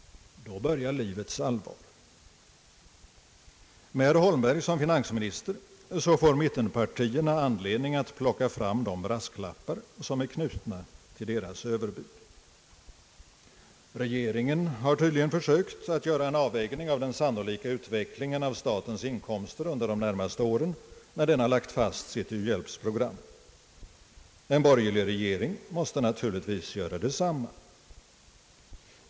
Då börjar livets all var! Med herr Holmberg som finansminister får mittenpartierna anledning att plocka fram de brasklappar som är knutna till deras överbud. Regeringen har tydligen försökt att göra en avvägning av den sannolika utvecklingen av statens inkomster under de närmaste åren, när den har lagt fast sitt u-hjälpsprogram. En borgerlig regering måste naturligtvis göra detsamma.